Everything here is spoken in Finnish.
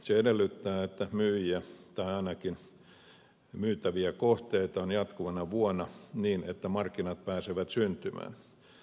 se edellyttää että myyjiä tai ainakin myytäviä kohteita on jatkuvana vuona niin että markkinat pääsevät syntymään